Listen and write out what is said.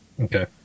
Okay